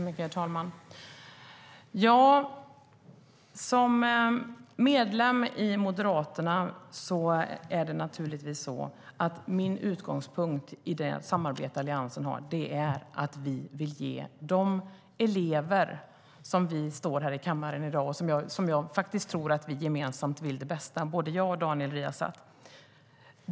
Herr talman! Min utgångspunkt som medlem i Moderaterna i det samarbete Alliansen har är naturligtvis att vi vill göra något för eleverna. Jag tror faktiskt att vi gemensamt vill elevernas bästa, både jag och Daniel Riazat.